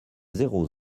zéro